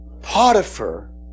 Potiphar